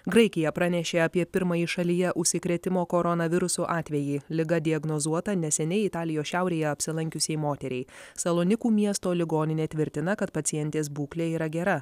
graikija pranešė apie pirmąjį šalyje užsikrėtimo koronavirusu atvejį liga diagnozuota neseniai italijos šiaurėje apsilankiusiai moteriai salonikų miesto ligoninė tvirtina kad pacientės būklė yra gera